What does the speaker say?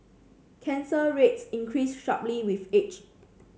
cancer rates increase sharply with age